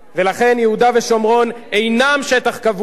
ולכן יהודה ושומרון אינם שטח כבוש,